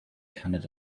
handed